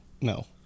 No